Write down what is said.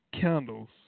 candles